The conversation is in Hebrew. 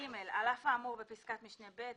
על אף האמור בפסקת משנה (ב),